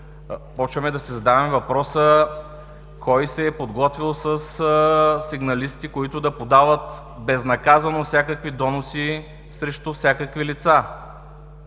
почваме да си задаваме въпроса: кой се е подготвил със сигналисти, които да подават безнаказано всякакви доноси срещу всякакви лица?